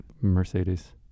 Mercedes